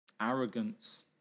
Arrogance